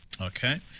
Okay